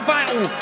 Vital